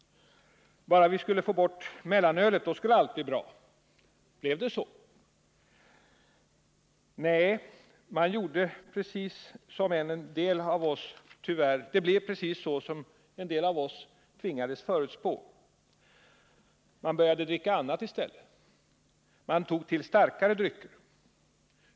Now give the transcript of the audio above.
Bara vi fick bort mellanölet skulle allt bli bra. Blev det så? Nej, det blev precis så som en del av oss tvingades förutspå: man började dricka annat i stället. Man tog till starkare drycker.